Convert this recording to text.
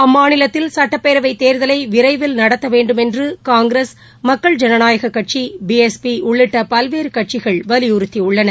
அம்மாநிலத்தில் சுட்டப்பேரவைத் தேர்தலைவிரைவில் நடத்தவேண்டும் என்றுகாங்கிரஸ் மக்கள் ஜனநாயகக் கட்சி பிஎஸ்பி உள்ளிட்டபல்வேறுகட்சிகள் வலியுறுத்தியுள்ளன